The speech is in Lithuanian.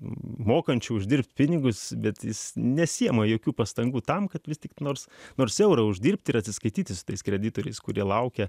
mokančiu uždirbti pinigus bet jis nesiima jokių pastangų tam kad vis tik nors nors eurą uždirbti ir atsiskaityti su tais kreditoriais kurie laukia